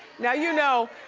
now you know.